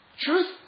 truth